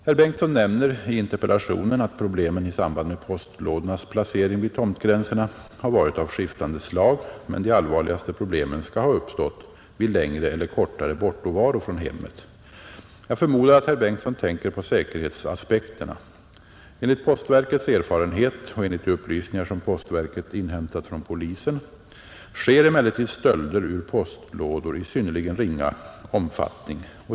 Herr Bengtsson nämner i interpellationen, att problemen i samband med postlådornas placering vid tomtgränserna har varit av skiftande slag, men de allvarligaste problemen skall ha uppstått vid längre eller kortare bortovaro från hemmet. Jag förmodar att herr Bengtsson tänker på säkerhetsaspekterna. Enligt postverkets erfarenhet och enligt de upplysningar som postverket inhämtat från polisen sker emellertid stölder ur postlådor i synnerligen ringa omfattning.